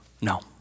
No